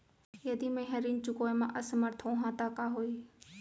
यदि मैं ह ऋण चुकोय म असमर्थ होहा त का होही?